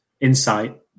insight